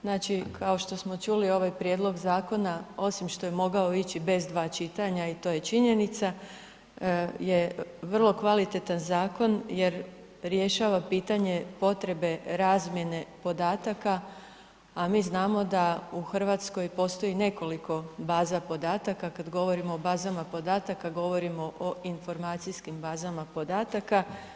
Znači kao što smo čuli ovaj prijedlog zakona osim što je mogao ići bez dva čitanja i to je činjenica, je vrlo kvalitetan zakon jer rješava pitanje potrebe razmjene podataka, a mi znamo da u Hrvatskoj postoji nekoliko baza podataka, kada govorimo o bazama podataka, govorimo o informacijskim bazama podataka.